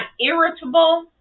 irritable